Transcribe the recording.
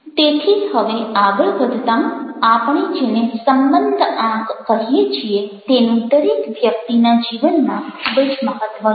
તેથી હવે આગળ વધતાં આપણે જેને સંબંધ આંક કહીએ છીએ તેનું દરેક વ્યક્તિના જીવનમાં ખૂબ જ મહત્વ છે